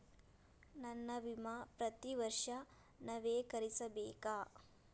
ನನ್ನ ವಿಮಾ ಪ್ರತಿ ವರ್ಷಾ ನವೇಕರಿಸಬೇಕಾ?